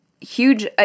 huge